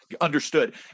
Understood